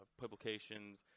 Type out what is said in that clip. publications